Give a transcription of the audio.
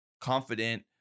Confident